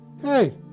Hey